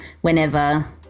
whenever